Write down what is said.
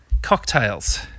Cocktails